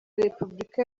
repubulika